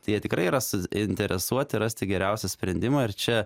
tai jie tikrai yra suinteresuoti rasti geriausią sprendimą ir čia